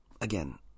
again